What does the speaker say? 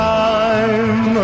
time